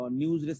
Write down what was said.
news